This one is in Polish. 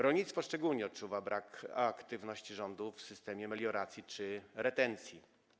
Rolnictwo szczególnie odczuwa brak aktywności rządu w zakresie systemu melioracji czy retencji.